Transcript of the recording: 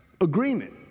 agreement